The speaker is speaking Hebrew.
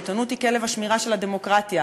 העיתונות היא כלב השמירה של הדמוקרטיה.